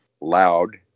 loud